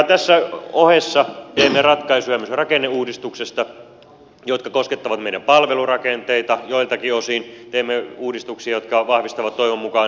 tässä ohessa teemme myös rakenneuudistuksesta ratkaisuja jotka koskettavat meidän palvelurakenteitamme joiltakin osin teemme uudistuksia jotka vahvistavat toivon mukaan työurakehitystä